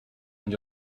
and